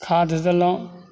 खाध देलहुॅं